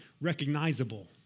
recognizable